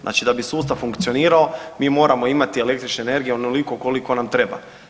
Znači da bi sustav funkcionirao mi moramo imati električne energije onoliko koliko nam treba.